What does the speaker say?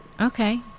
Okay